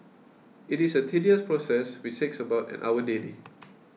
it is a tedious process which takes about an hour daily